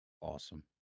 Awesome